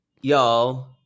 Y'all